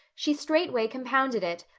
she straightway compounded it,